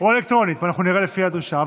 או אלקטרונית, אנחנו נראה לפי הדרישה.